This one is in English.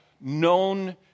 known